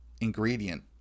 ingredient